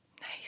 Nice